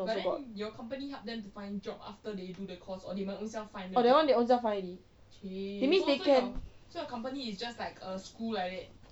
that one they ownself find already they can